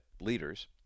leaders